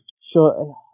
sure